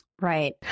Right